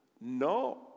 No